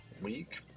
week